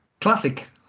classic